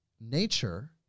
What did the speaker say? nature